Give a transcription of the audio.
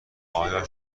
آیا